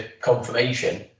confirmation